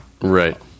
Right